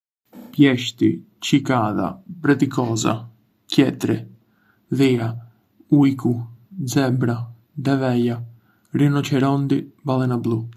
Pleshti Cikada Bretikosa Ketri Dhia Ujku Zebra Deveja Rinoceronti Balena blu